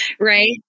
Right